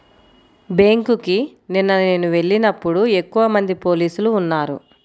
బ్యేంకుకి నిన్న నేను వెళ్ళినప్పుడు ఎక్కువమంది పోలీసులు ఉన్నారు